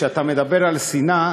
כשאתה מדבר על שנאה,